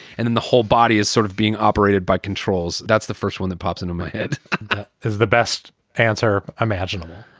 and then the whole body is sort of being operated by controls that's the first one that pops into my head as the best answer imaginable.